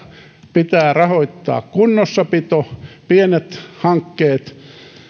pitää rahoittaa kunnossapito pienet hankkeet